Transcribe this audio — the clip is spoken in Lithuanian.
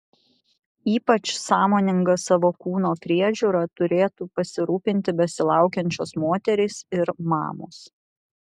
ypač sąmoninga savo kūno priežiūra turėtų pasirūpinti besilaukiančios moterys ir mamos